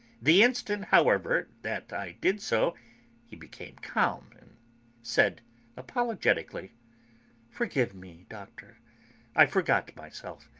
the instant, however, that i did so he became calm, and said apologetically forgive me, doctor i forgot myself.